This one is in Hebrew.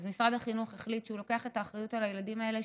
ומשרד החינוך החליט שהוא לוקח את האחריות על הילדים האלה,